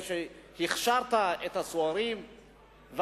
כשהכשרת את הסוהרים,